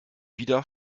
wieder